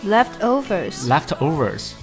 ，Leftovers，Leftovers 。